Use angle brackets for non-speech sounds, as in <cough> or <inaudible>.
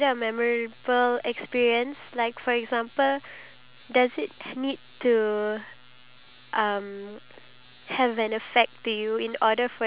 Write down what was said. but you don't have to go back in time [what] you can do it again <laughs> so why don't you do it again one day <breath> and show me how you go down the slide <laughs>